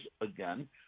again